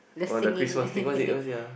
on the Christmas thing what's it what's it ah